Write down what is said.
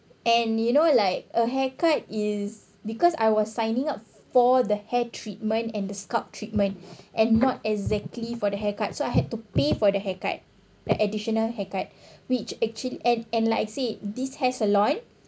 and you know like a haircut is because I was signing up for the hair treatment and the scalp treatment and not exactly for the hair cut so I had to pay for the haircut the additional haircut which actually and and like I said this hair salon